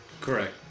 Correct